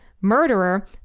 murderer